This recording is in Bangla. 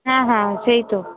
হ্যাঁ হ্যাঁ সেই তো